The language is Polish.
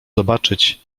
zobaczyć